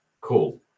Cool